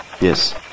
Yes